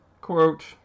quote